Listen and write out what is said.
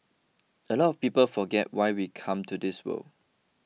a lot of people forget why we come to this world